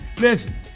Listen